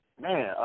man